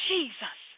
Jesus